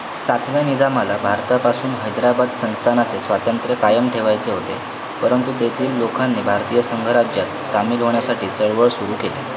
सातव्या निजामाला भारतापासून हैदराबाद संस्थानाचे स्वातंत्र्य कायम ठेवायचे होते परंतु तेथील लोकांनी भारतीय संघराज्यात सामील होण्यासाठी चळवळ सुरू केली